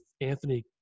Anthony